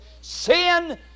sin